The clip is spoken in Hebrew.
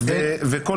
ואני